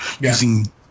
using